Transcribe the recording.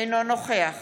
אינו נוכח